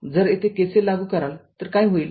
जर येथे K C L लागू कराल तर काय होईल